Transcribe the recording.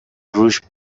رووش